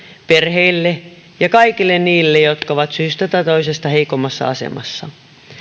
perheille ja kaikille niille jotka ovat syystä tai toisesta heikommassa asemassa